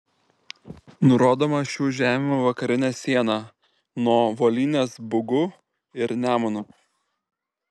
nurodoma šių žemių vakarinė siena nuo volynės bugu ir nemunu